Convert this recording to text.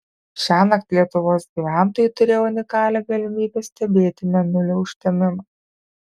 šiąnakt lietuvos gyventojai turėjo unikalią galimybę stebėti mėnulio užtemimą